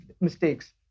mistakes